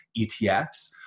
ETFs